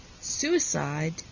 Suicide